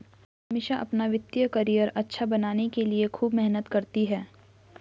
अमीषा अपना वित्तीय करियर अच्छा बनाने के लिए खूब मेहनत करती है